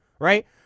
right